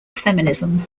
feminism